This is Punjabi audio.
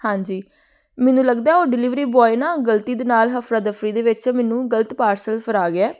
ਹਾਂਜੀ ਮੈਨੂੰ ਲੱਗਦਾ ਉਹ ਡਿਲੀਵਰੀ ਬੋਆਏ ਨਾ ਗਲਤੀ ਦੇ ਨਾਲ ਹਫਰਾ ਦਫਰੀ ਦੇ ਵਿੱਚ ਮੈਨੂੰ ਗਲਤ ਪਾਰਸਲ ਫੜਾ ਗਿਆ